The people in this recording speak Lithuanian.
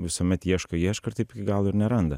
visuomet ieško ieško ir taip gal ir neranda